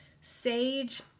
Sage